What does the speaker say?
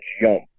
jump